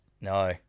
No